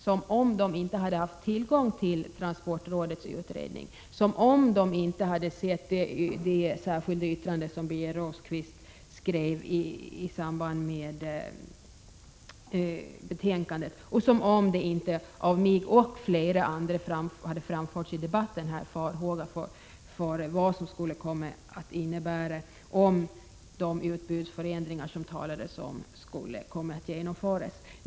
Som om de inte hade haft tillgång till transportrådets utredning, som om de inte hade sett det särskilda yttrande som Birger Rosqvist fogade till betänkandet och som om de inte hade hört de av mig och flera andra i debatten framförda farhågorna för vad som skulle komma att hända om de förändringar i utbudet som det talades om skulle genomföras.